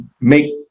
make